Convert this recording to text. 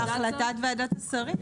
זאת החלטת ועדת השרים.